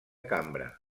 cambra